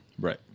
right